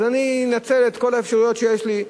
אני אנצל את כל האפשרויות שיש לי,